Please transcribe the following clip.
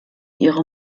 ihrer